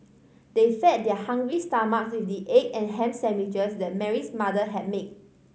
they fed their hungry stomachs with the egg and ham sandwiches that Mary's mother had made